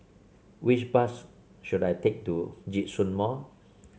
which bus should I take to Djitsun Mall